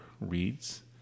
reads